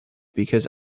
because